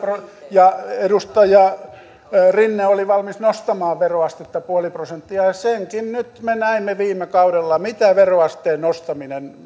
ja edustaja rinne oli valmis nostamaan veroastetta nolla pilkku viisi prosenttia ja senkin me nyt näimme viime kaudella mihin veroasteen nostaminen